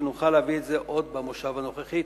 נוכל להביא אותו עוד במושב הנוכחי.